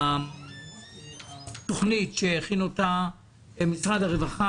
התוכנית שהכין משרד הרווחה.